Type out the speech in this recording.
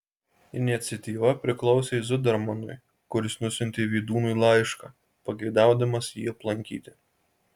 iniciatyva priklausė zudermanui kuris nusiuntė vydūnui laišką pageidaudamas jį aplankyti